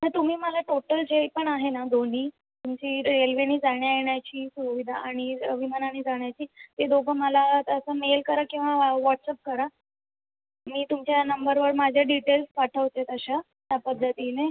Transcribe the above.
हं तुम्ही मला टोटल जे पण आहे नं दोन्ही तुमची रेल्वेनी जाण्यायेण्याची सुविधा आणि विमानानी जाण्याची ते दोघं मला तसा मेल करा किंवा व्हॉट्सअॅप करा मी तुमच्या नंबरवर माझे डिटेल्स पाठवते तशा त्या पद्धतीने